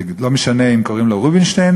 ולא משנה אם קוראים לו רובינשטיין,